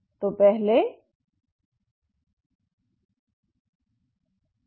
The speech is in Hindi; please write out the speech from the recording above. तो पहले ux